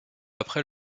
après